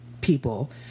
people